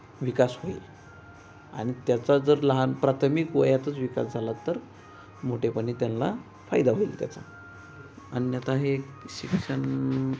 विकास होईल आणि त्याचा जर लहान प्राथमिक वयातच विकास झाला तर मोठेपणी त्यांना फायदा होईल त्याचा अन्यथा हे शिक्षण